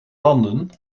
landen